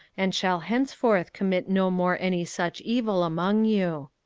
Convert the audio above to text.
and shall henceforth commit no more any such evil among you.